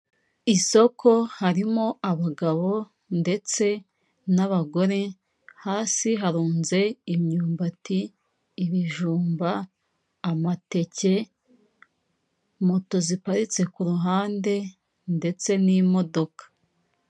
Isoko harimo abagabo ndetse n'abagore hasi harunze imyumbati ,ibijumba, amateke ,moto ziparitse ku ruhande ndetse n'imodoka .